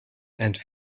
and